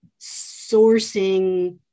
sourcing